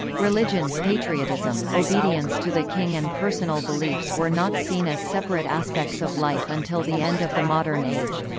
religion, patriotism, obedience to the king and personal beliefs were not seen as separate aspects of life until the end of the modern age.